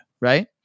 right